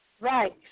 Right